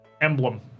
emblem